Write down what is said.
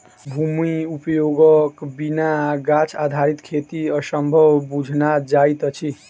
भूमि उपयोगक बिना गाछ आधारित खेती असंभव बुझना जाइत अछि